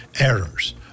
errors